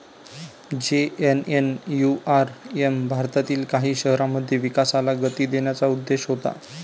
JNNURM भारतातील काही शहरांमध्ये विकासाला गती देण्याचा उद्देश होता